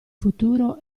futuro